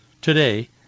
today